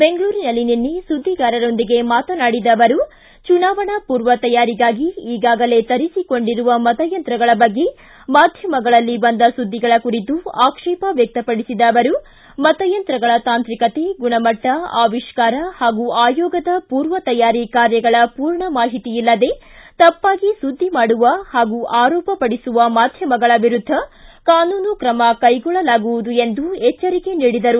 ಬೆಂಗಳೂರಿನಲ್ಲಿ ನಿನ್ನೆ ಸುದ್ದಿಗಾರರೊಂದಿಗೆ ಮಾತನಾಡಿದ ಅವರು ಚುನಾವಣಾ ಪೂರ್ವ ತಯಾರಿಗಾಗಿ ಈಗಾಗಲೇ ತರಿಸಿಕೊಂಡಿರುವ ಮತಯಂತ್ರಗಳ ಬಗ್ಗೆ ಮಾಧ್ಯಮಗಳಲ್ಲಿ ಬಂದ ಸುದ್ದಿಗಳ ಕುರಿತು ಆಕ್ಷೇಪ ವ್ಯಕ್ತಪಡಿಸಿದ ಅವರು ಮತಯಂತ್ರಗಳ ತಾಂತ್ರಿಕತೆ ಗುಣಮಟ್ಟ ಅವಿಷ್ಕಾರ ಹಾಗೂ ಆಯೋಗದ ಪೂರ್ವತಯಾರಿ ಕಾರ್ಯಗಳ ಪೂರ್ಣ ಮಾಹಿತಿಯಿಲ್ಲದೆ ತಪ್ಪಾಗಿ ಸುಧಿಮಾಡುವ ಪಾಗೂ ಆರೋಪಪಡಿಸುವ ಮಾಧ್ಯಮಗಳ ವಿರುದ್ದ ಕಾನೂನು ಕ್ರಮ ಕೈಗೊಳ್ಳಲಾಗುವುದು ಎಂದು ಎಚ್ವರಿಕೆ ನೀಡಿದರು